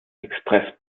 express